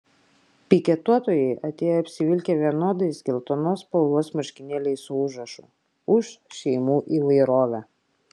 piketuotojai atėjo apsivilkę vienodais geltonos spalvos marškinėliais su užrašu už šeimų įvairovę